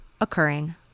occurring